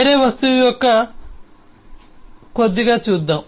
వేరే వస్తువు యొక్క కొద్దిగా చూద్దాం